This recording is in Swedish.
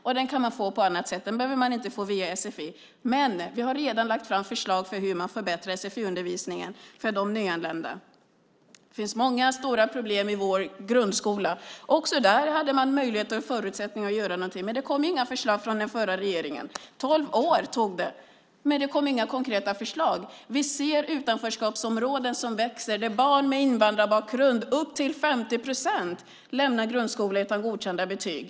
Men den kan man få på annat sätt. Den behöver man inte få via sfi. Men vi har redan lagt fram förslag till hur man förbättrar sfi-undervisningen för de nyanlända. Det finns många stora problem i vår grundskola. Också där hade man möjligheter och förutsättningar att göra någonting. Men det kom inga förslag från den förra regeringen. Man hade tolv år på sig, men det kom inga konkreta förslag. Vi ser utanförskapsområden som växer, där upp till 50 procent av barnen med invandrarbakgrund lämnar grundskolan utan godkända betyg.